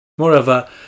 Moreover